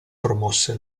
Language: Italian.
promosse